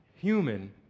human